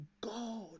God